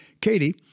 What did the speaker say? Katie